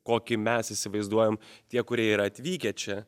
kokį mes įsivaizduojam tie kurie yra atvykę čia